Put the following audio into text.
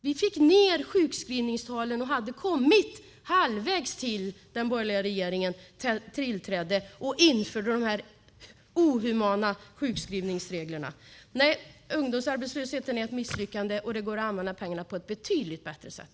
Vi fick ned sjukskrivningstalen och hade kommit halvvägs när den borgerliga regeringen tillträdde och införde sina inhumana sjukskrivningsregler. Ungdomsarbetslösheten är ett misslyckande. Det går att använda pengarna på ett betydligt bättre sätt.